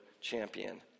champion